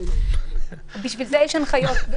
בשביל זה יש הנחיות.